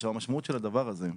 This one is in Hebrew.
עכשיו, המשמעות של הדבר הזה,